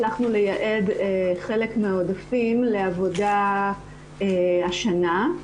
הצלחנו לייעד חלק מהעודפים לעבודה השנה.